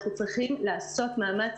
אנחנו צריכים לעשות מאמץ,